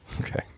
Okay